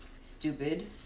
stupid